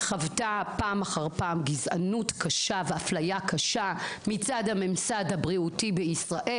קהילה שחוותה פעם אחר פעם גזענות קשה והפלייה קשה מצד הממסד בישראל,